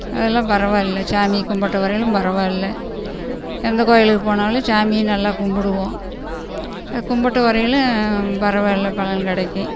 அதெல்லாம் பரவாயில்லை சாமி கும்பிட்ட வரையிலும் பரவாயில்லை எந்த கோயிலுக்கு போனாலும் சாமியை நல்லா கும்பிடுவோம் கும்பிட்ட வரையிலும் பரவாயில்லை பலன் கிடைக்கும்